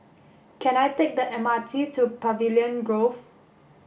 can I take the M R T to Pavilion Grove